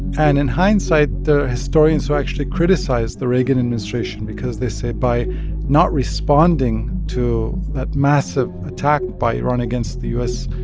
and in hindsight, the historians who actually criticized the reagan administration because they say by not responding to that massive attack by iran against the u s.